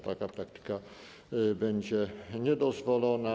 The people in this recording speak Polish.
Taka praktyka będzie niedozwolona.